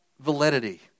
validity